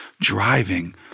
driving